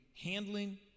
handling